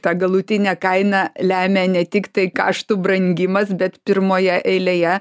tą galutinę kainą lemia ne tik tai kaštų brangimas bet pirmoje eilėje